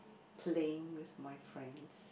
playing with my friends